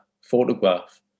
photograph